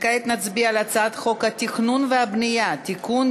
כעת נצביע על הצעת חוק התכנון והבנייה (תיקון,